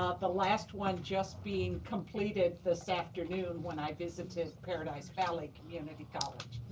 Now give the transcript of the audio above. ah the last one just being completed this afternoon when i visited paradise valley community college.